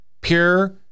pure